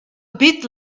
bit